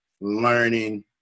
learning